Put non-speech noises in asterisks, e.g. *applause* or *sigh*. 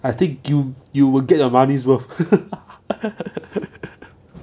I think you you will get your money's worth *laughs*